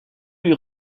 lui